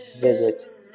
visit